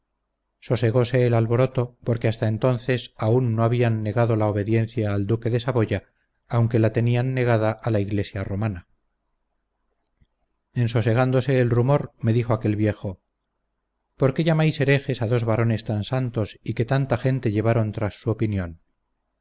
el duque sosegose el alboroto porque hasta entonces aun no habían negado la obediencia al duque de saboya aunque la tenían negada a la iglesia romana en sosegándose el rumor me dijo aquel viejo por qué llamáis herejes a dos varones tan santos y que tanta gente llevaron tras su opinión